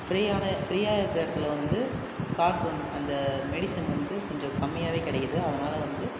ஃபிரீயான ஃபிரீயாக இருக்கிற இடத்துல வந்து காசு அந்த மெடிசன் வந்து கொஞ்ச கம்மியாகவே கிடைக்குது அதனால் வந்து